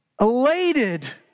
elated